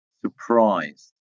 surprised